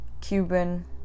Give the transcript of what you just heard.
Cuban